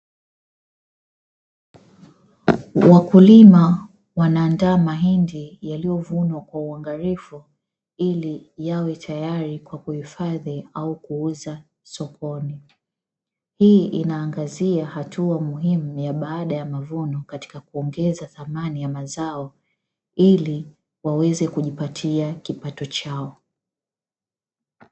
Wakulima wanaandaa mahindi yaliyovunwa kwa uangalifu ili yawe tayari kwa kuhifadhi au kuuza sokoni, hii inaangazia hatua muhimu ya baada ya mavuno katika kuongeza thamani ili waweze kujipatia kipato chao.